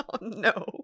no